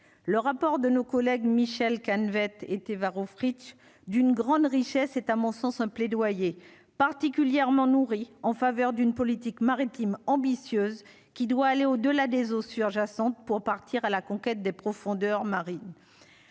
le rapport de nos collègues, Michel Canevet et Téva Rohfritsch d'une grande richesse est à mon sens un plaidoyer particulièrement nourris en faveur d'une politique maritime ambitieuse qui doit aller au delà des sur jacente pour partir à la conquête des profondeurs marines